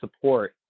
support